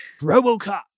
Robocop